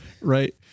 Right